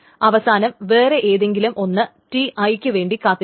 അവസാനം വേറെ ഏതെങ്കിലും ഒന്ന് Ti ക്ക് വേണ്ടി കാത്തിരിക്കും